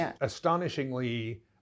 astonishingly